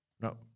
No